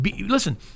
listen